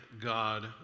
God